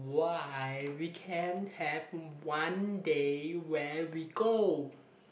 why we can have one day where we go